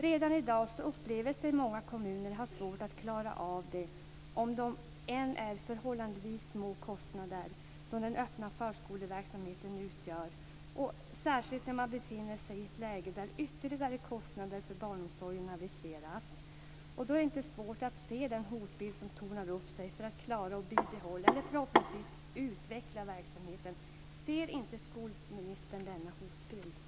Redan i dag upplever många kommuner att man har svårt att klara av öppen förskoleverksamhet, även om det är förhållandevis små kostnader som den öppna förskoleverksamheten utgör. Så är fallet särskilt när man befinner sig i ett läge när ytterligare kostnader för barnomsorgen aviseras. Då är det inte svårt att se den hotbild som tornar upp sig när det gäller att klara, behålla och förhoppningsvis utveckla verksamheten. Ser inte skolministern denna hotbild?